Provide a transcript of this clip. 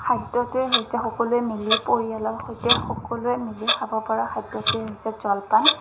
খাদ্যটোৱে হৈছে সকলোৱে মিলি পৰিয়ালৰ সৈতে সকলোৱে মিলি খাব পৰা খাদ্যটোৱে হৈছে জলপান